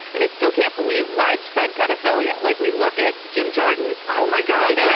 and i still can't believe widespread pedophilia like we look at jim jordan oh, my god. i